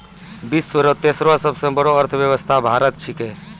विश्व रो तेसरो सबसे बड़ो अर्थव्यवस्था भारत छिकै